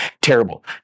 terrible